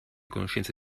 conoscenze